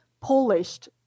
polished